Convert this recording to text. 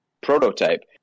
prototype